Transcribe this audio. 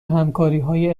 همکاریهای